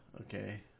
okay